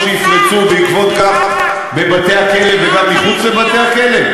שיפרצו בעקבות כך בבתי-הכלא וגם מחוץ לבתי-הכלא?